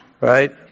Right